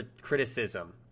criticism